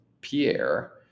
Pierre